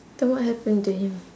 then what happen to him